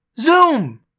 Zoom